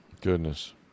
Goodness